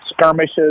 skirmishes